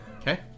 Okay